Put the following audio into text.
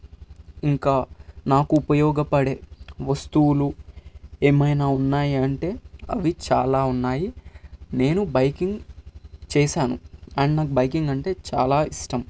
ఇంకా నాకు ఉపయోగపడే వస్తువులు ఏమైనా ఉన్నాయంటే అవి చాలా ఉన్నాయి నేను బైకింగ్ చేశాను అండ్ నాకు బైకింగ్ అంటే చాలా ఇష్టం